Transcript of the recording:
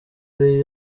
ari